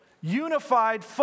unified